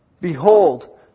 behold